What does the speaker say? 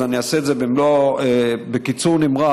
אז אני אעשה את זה בקיצור נמרץ.